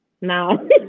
No